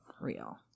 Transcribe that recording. real